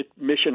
mission